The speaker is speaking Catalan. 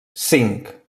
cinc